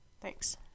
thanks